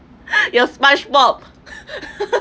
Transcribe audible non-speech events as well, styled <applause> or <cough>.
you're sponge bob <laughs>